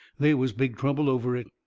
they was big trouble over it.